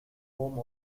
home